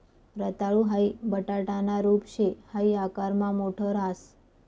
रताळू हाई बटाटाना रूप शे हाई आकारमा मोठ राहस